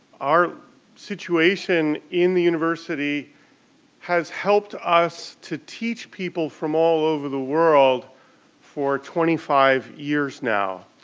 our situation in the university has helped us to teach people from all over the world for twenty five years now.